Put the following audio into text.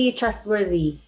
trustworthy